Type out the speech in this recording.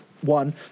one